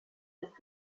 ist